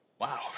Wow